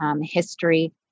history